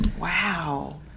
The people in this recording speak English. Wow